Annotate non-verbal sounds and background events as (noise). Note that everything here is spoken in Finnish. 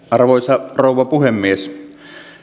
(unintelligible) arvoisa rouva puhemies